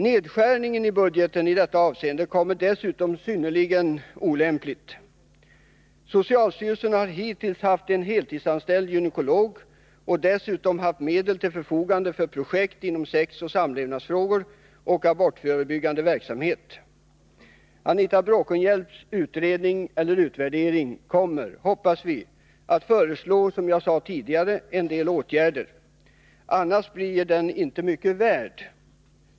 Nedskärningen i budgeten i detta avseende kommer dessutom synnerligen olämpligt. Socialstyrelsen har hittills haft en heltidsanställd gynekolog och dessutom medel till förfogande för projekt inom sexualoch samlevnadsfrågor samt abortförebyggande verksamhet. I Anita Bråkenhielms utvärdering kommer det — hoppas vi, som jag sade tidigare — att föreslås en del åtgärder. Annars blir den inte mycket värd.